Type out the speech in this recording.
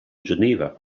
geneva